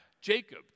Jacob